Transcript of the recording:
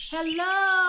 Hello